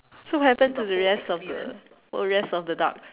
so haven't to the rest of the or rest of the duck